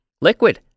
Liquid